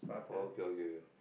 okay okay K